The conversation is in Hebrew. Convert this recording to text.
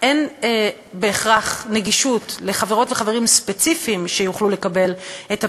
אין בהכרח נגישות לחברות וחברים ספציפיים שיוכלו לקבל את הפיצוי,